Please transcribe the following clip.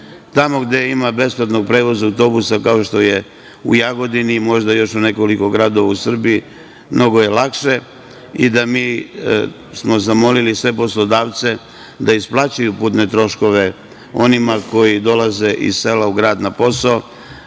Tamo gde ima besplatnog prevoza autobusa, kao što je u Jagodini, možda još u nekoliko gradova u Srbiji, mnogo je lakše. Mi smo zamolili sve poslodavce da isplaćuju putne troškove onima koji dolaze iz sela u grad na posao,